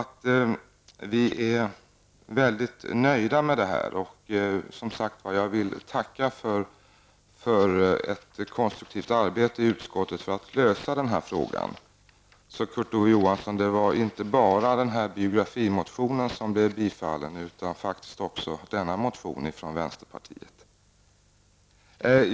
Vi är väldigt nöjda med detta. Jag vill som sagt tacka utskottet för ett konstruktivt arbete för att lösa frågan. Det var inte bara biografimotionen, Kurt Ove Johansson, som tillstyrktes, utan faktiskt också denna motion från vänsterpartiet.